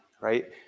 right